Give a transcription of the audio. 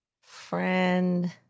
Friend